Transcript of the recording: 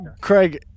Craig